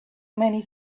many